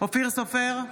אופיר סופר,